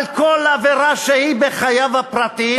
על כל עבירה שהיא בחייו הפרטיים,